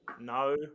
no